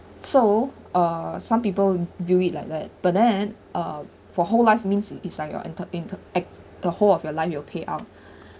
so uh some people view it like that but then uh for whole life means it's like your inter~ the whole of your life you pay out